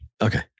Okay